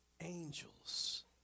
angels